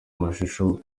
amashusho